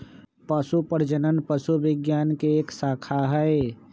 पशु प्रजनन पशु विज्ञान के एक शाखा हई